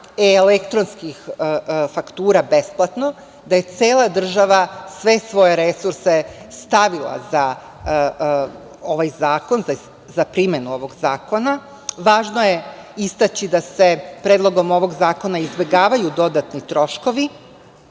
elektronskih faktura besplatno, da je cela država sve svoje resurse stavila za ovaj zakon, za primenu ovog zakona. Važno je istaći da se predlogom ovog zakona izbegavaju dodatni troškovi. Verujem